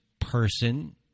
person